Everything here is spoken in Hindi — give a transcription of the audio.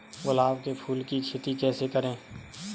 गुलाब के फूल की खेती कैसे करें?